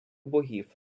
богів